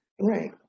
right